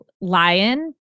lion